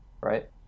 right